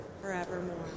forevermore